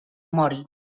mori